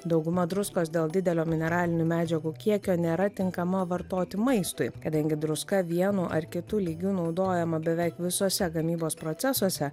dauguma druskos dėl didelio mineralinių medžiagų kiekio nėra tinkama vartoti maistui kadangi druska vienu ar kitu lygiu naudojama beveik visuose gamybos procesuose